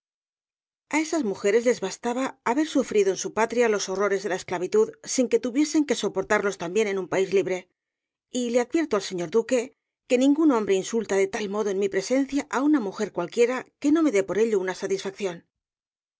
a esas mujeres les bastaba haber sufrido en su patria los horrores de la esclavitud sin que tuviesen que soportarlos también en un país libre y le advierto al señor duque que ningún hombre insulta de tal modo en mi presencia á una mujer cualquiera que no me dé por ello una satisfacción